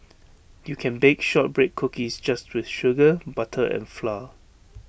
you can bake Shortbread Cookies just with sugar butter and flour